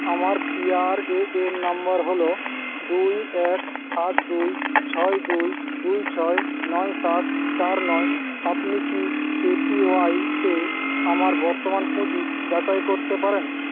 আমার PRAN number হল দুই এক সাত দুই ছয় দুই দুই ছয় নয় সাত চার নয় আপনি কি এপিওয়াইতে আমার বর্তমান পুঁজি যাচাই করতে পারেন